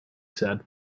said